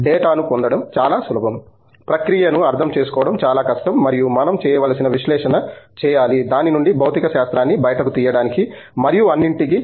డేటాను పొందడం చాలా సులభం ప్రక్రియను అర్థం చేసుకోవడం చాలా కష్టం మరియు మనం చేయవలసిన విశ్లేషణ చేయాలి దాని నుండి భౌతిక శాస్త్రాన్ని బయటకు తీయడానికి మరియు అన్నింటికీ